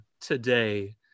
today